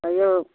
कहिओ